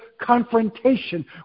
confrontation